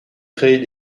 créer